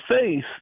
faith